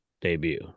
debut